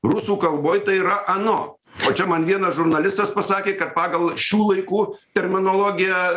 rusų kalboj tai yra ano o čia man vienas žurnalistas pasakė kad pagal šių laikų terminologiją